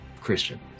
Christian